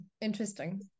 interesting